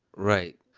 right.